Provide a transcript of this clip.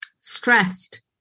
stressed